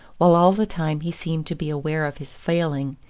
while all the time he seemed to be aware of his failing,